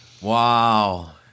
Wow